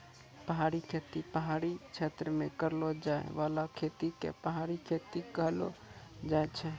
पहाड़ी खेती पहाड़ी क्षेत्र मे करलो जाय बाला खेती के पहाड़ी खेती कहलो जाय छै